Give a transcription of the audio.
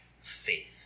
faith